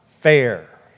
fair